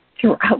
throughout